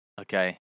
okay